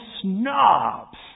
snobs